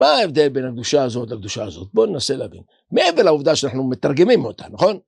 מה ההבדל בין הקדושה הזאת לקדושה הזאת? בואו ננסה להבין. מעבר לעובדה שאנחנו מתרגמים אותה, נכון?